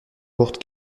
courtes